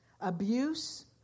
abuse